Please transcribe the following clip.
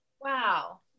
Wow